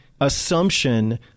assumption